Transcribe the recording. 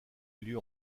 lieu